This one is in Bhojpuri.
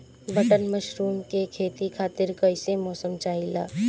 बटन मशरूम के खेती खातिर कईसे मौसम चाहिला?